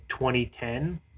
2010